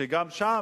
וגם שם,